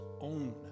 own